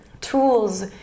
tools